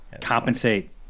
compensate